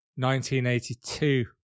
1982